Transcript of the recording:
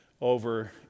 over